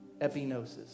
Epinosis